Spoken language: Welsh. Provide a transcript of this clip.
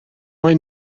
mae